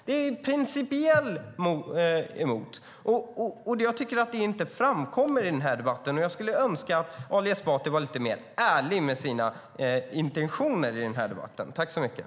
Han är principiellt emot. Det framkommer inte i den här debatten. Jag skulle önska att Ali Esbati var lite mer ärlig med sina intentioner i debatten.